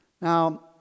Now